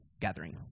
gathering